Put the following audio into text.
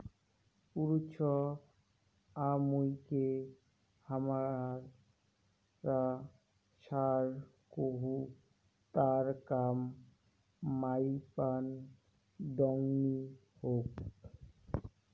পুরুছ আমুইকে হামরা ষাঁড় কহু তার কাম মাইপান দংনি হোক